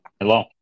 Hello